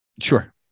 Sure